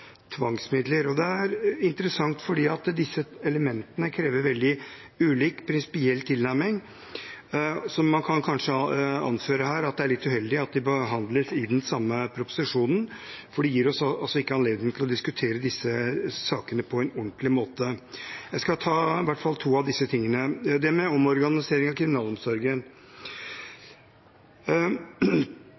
tvangsmidler. Det er interessant fordi disse elementene krever veldig ulik prinsipiell tilnærming. Så man kan kanskje her anføre at det er litt uheldig at de behandles i den samme proposisjonen, for de gir oss altså ikke anledning til å diskutere disse sakene på en ordentlig måte. Jeg skal ta opp i hvert fall to av disse tingene. Det med omorganisering av kriminalomsorgen: